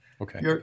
Okay